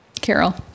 Carol